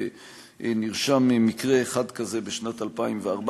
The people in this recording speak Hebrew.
ונרשם מקרה אחד כזה בשנת 2014,